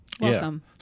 Welcome